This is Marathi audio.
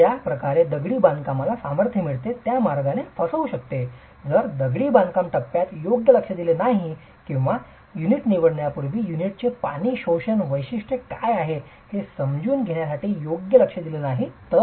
हे ज्या प्रकारे दगडी बांधकामाला सामर्थ्य मिळते त्या मार्गाने फसवू शकते जर बांधकाम टप्प्यात योग्य लक्ष दिले गेले नाही किंवा युनिट निवडण्यापूर्वी युनिटचे पाणी शोषण वैशिष्ट्य काय आहे हे समजून घेण्यासाठी योग्य लक्ष दिले गेले नाही तर